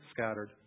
Scattered